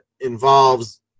involves